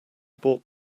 bought